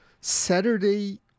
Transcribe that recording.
Saturday